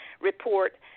report